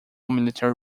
military